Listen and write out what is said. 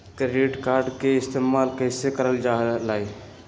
Credit card के इस्तेमाल कईसे करल जा लई?